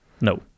no